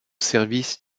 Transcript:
service